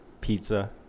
pizza